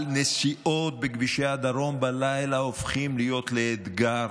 הנסיעות בכבישי הדרום בלילה הופכות להיות לאתגר